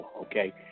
okay